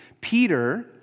Peter